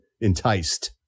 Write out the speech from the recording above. enticed